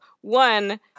One